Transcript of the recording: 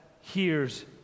hears